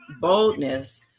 boldness